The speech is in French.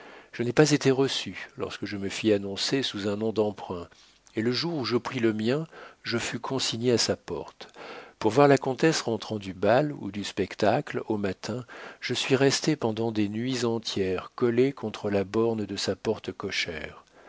je n'ai pas été reçu lorsque je me fis annoncer sous un nom d'emprunt et le jour où je pris le mien je fus consigné à sa porte pour voir la comtesse rentrant du bal ou du spectacle au matin je suis resté pendant des nuits entières collé contre la borne de sa porte cochère